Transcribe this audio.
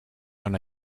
when